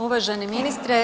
Uvaženi ministre.